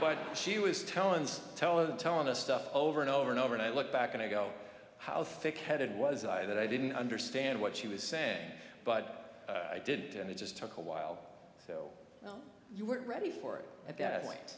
but she was telling teller telling us stuff over and over and over and i look back and i go how thick headed was i that i didn't understand what she was saying but i did and it just took a while so you weren't ready for it at that point